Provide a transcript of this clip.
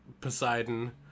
Poseidon